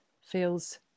feels